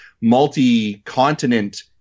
multi-continent